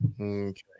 Okay